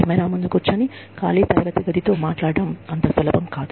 camera ముందు కూర్చుని ఖాళీ తరగతి గదితో మాట్లాడటం సులభం కాదు